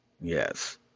Yes